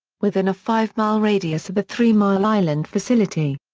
within a five-mile radius of the three mile island facility.